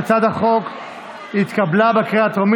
ההצעה להעביר את הצעת חוק משק החשמל (תיקון,